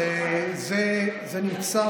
יש שם